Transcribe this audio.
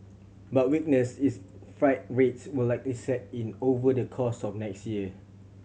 but weakness is freight rates will likely set in over the course of next year